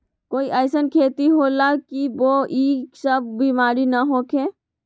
कोई अईसन खेती होला की वो में ई सब बीमारी न होखे?